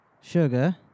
Sugar